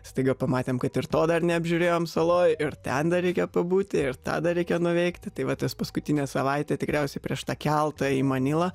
staiga pamatėm kad ir to dar neapžiūrėjom saloj ir ten dar reikia pabūti ir tą dar reikia nuveikti tai va tas paskutinę savaitę tikriausiai prieš tą keltą į manilą